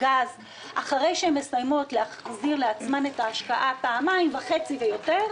גז אחרי שהן מסיימות להחזיר לעצמן את ההשקעה פעמיים וחצי ויותר,